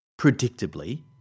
predictably